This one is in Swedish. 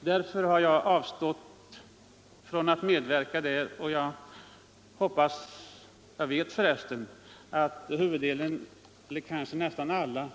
Därför har jag avstått från att medverka och jag vet att de flesta, kanske nästan alla,